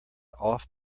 off